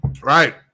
Right